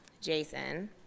Jason